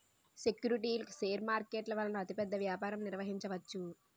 సెక్యూరిటీలు షేర్ మార్కెట్ల వలన అతిపెద్ద వ్యాపారం నిర్వహించవచ్చు